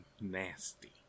nasty